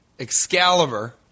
Excalibur